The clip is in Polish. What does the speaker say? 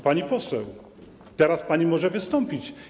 Pani poseł, teraz pani może wystąpić.